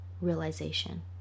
realization